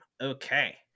Okay